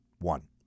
one